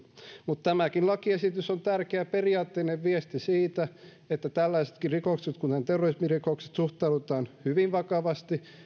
mutta tämäkin lakiesitys on tärkeä periaatteellinen viesti siitä että tällaisiinkin rikoksiin kuten terrorismirikoksiin suhtaudutaan hyvin vakavasti